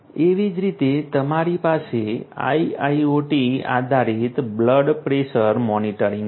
તેવી જ રીતે અમારી પાસે IIoT આધારિત બ્લડ પ્રેશર મોનિટર છે